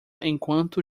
enquanto